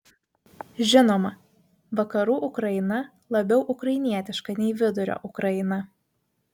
žinoma vakarų ukraina labiau ukrainietiška nei vidurio ukraina